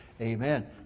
Amen